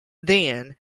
then